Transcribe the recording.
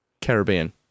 Caribbean